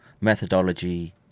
methodology